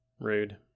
Rude